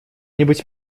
нибудь